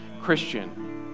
Christian